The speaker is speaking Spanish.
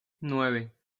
nueve